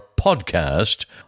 podcast